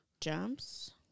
jumps